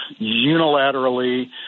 unilaterally